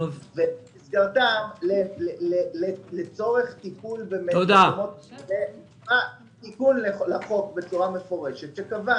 במסגרתם לצורך טיפול היה תיקון לחוק בצורה מפורשת שקבע